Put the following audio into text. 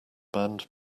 band